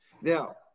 Now